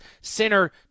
Sinner